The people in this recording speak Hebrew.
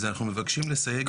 אז אנחנו מבקשים לסייג את הסעיף.